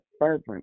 fervent